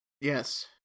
Yes